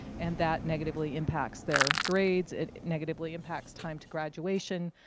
and that negatively impacts their grades. it negatively impacts time to graduation.